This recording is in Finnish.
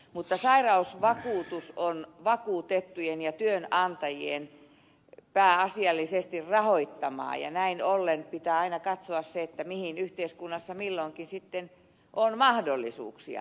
mutta sairausvakuutus on vakuutettujen ja työnantajien pääasiallisesti rahoittamaa ja näin ollen pitää aina katsoa se mihin yhteiskunnassa milloinkin on mahdollisuuksia